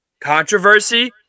Controversy